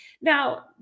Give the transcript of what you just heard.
Now